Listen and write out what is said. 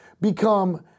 become